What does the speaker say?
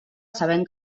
sabent